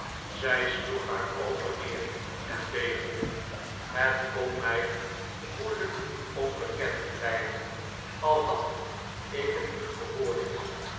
zij sloeg haar oogen neer en beefde het kon mij moeilijk onbekend blijven al had ik het niet gehoord